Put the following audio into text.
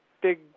big